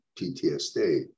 ptsd